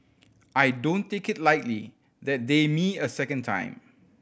I don't take it lightly that they me a second time